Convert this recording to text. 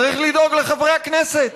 צריך לדאוג לחברי הכנסת.